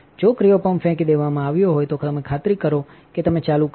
જોક્રિઓપંપ ફેંકી દેવામાં આવ્યો હોય તો તમે ખાતરી કરો કે તમે ચાલુ કરો છો